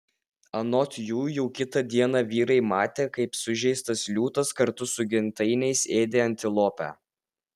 anot jų jau kitą dieną vyrai matė kaip sužeistas liūtas kartu su gentainiais ėdė antilopę